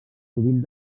sovint